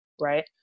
right